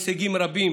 הישגים רבים